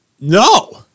No